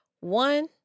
One